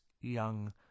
young